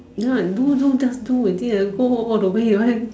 ya do do do already go all the way your haven't